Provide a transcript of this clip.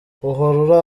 uhora